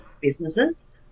businesses